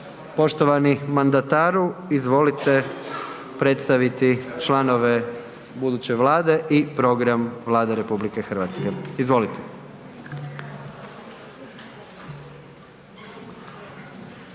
Poštovani mandataru, izvolite predstaviti članove buduće Vlade i program Vlade RH. Izvolite.